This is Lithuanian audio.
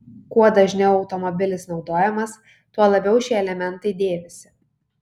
kuo dažniau automobilis naudojamas tuo labiau šie elementai dėvisi